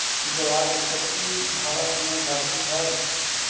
ज्वार के खेती भारत में घटित हइ